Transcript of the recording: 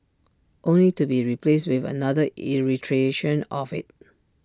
only to be replaced with another iteration of IT